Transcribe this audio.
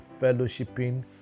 fellowshipping